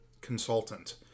consultant